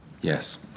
Yes